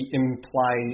imply